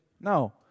No